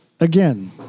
Again